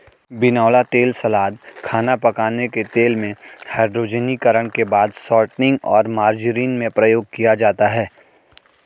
बिनौला तेल सलाद, खाना पकाने के तेल में, हाइड्रोजनीकरण के बाद शॉर्टनिंग और मार्जरीन में प्रयोग किया जाता है